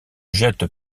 jette